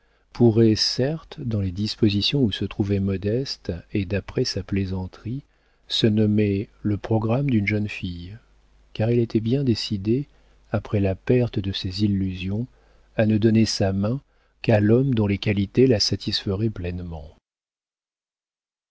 pourrait certes dans les dispositions où se trouvait modeste et d'après sa plaisanterie se nommer le programme d'une jeune fille car elle était bien décidée après la perte de ses illusions à ne donner sa main qu'à l'homme dont les qualités la satisferaient pleinement